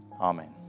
Amen